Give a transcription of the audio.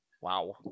wow